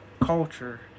culture